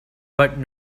but